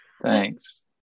Thanks